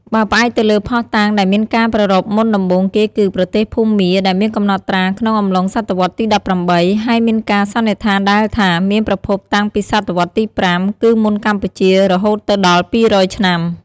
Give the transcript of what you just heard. បើផ្អែកទៅលើភស្តុតាងដែលមានការប្រារព្ធ មុនដំបូងគេគឺ ប្រទេសភូមា ដែលមានកំណត់ត្រា ក្នុងអំឡុង សតវត្ស ទី១៨ ហើយមានការសន្និដ្ឋានដែលថា មានប្រភពតាំងពី ស.វទី៥ គឺមុនកម្ពុជា រហូតទៅដល់ ២០០ ឆ្នាំ។